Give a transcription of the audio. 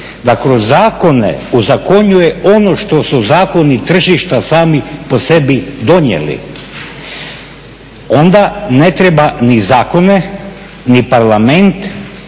da kroz zakone ozakonjuje ono što su zakoni tržišta sami po sebi donijeli, onda ne treba ni zakone, ni Parlament,